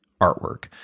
artwork